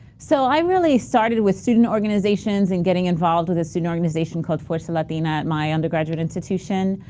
so, i really started with student organizations and getting involved with a student organization called forster latina at my undergraduate institution.